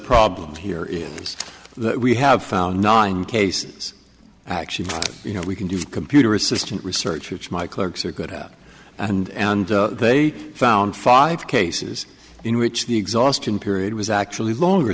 problem here is that we have found nine cases actually you know we can do computer assistant research which my clerks are good up and they found five cases in which the exhaustion period was actually longer